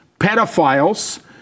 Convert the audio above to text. pedophiles